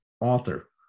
author